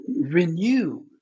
renew